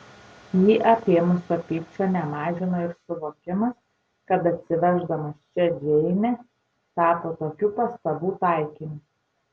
jį apėmusio pykčio nemažino ir suvokimas kad atsiveždamas čia džeinę tapo tokių pastabų taikiniu